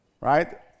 right